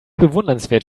bewundernswert